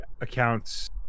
accounts